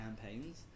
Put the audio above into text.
campaigns